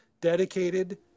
dedicated